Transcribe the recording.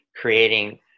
creating